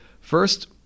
first